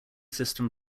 system